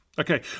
Okay